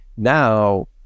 Now